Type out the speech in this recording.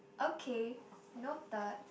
okay noted